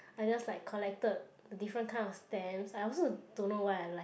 I just like collected different kind of stamps I also don't know why I like